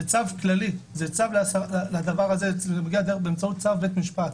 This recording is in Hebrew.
זה צו כללי שמגיע באמצעות צו בית משפט.